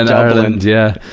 and ireland, yeah.